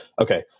Okay